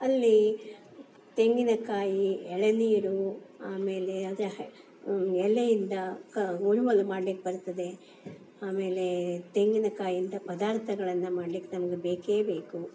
ಅಲ್ಲಿ ತೆಂಗಿನಕಾಯಿ ಎಳನೀರು ಆಮೇಲೆ ಅದೇ ಎಲೆಯಿಂದ ಕಾ ಉರುವಲು ಮಾಡ್ಲಿಕ್ಕೆ ಬರ್ತದೆ ಆಮೇಲೆ ತೆಂಗಿನಕಾಯಿಂದ ಪದಾರ್ಥಗಳನ್ನು ಮಾಡ್ಲಿಕ್ಕೆ ನಮ್ಗೆ ಬೇಕೇ ಬೇಕು